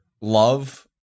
love